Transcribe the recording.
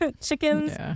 Chickens